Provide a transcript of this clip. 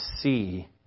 see